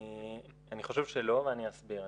אני חושב שלא ואני אסביר.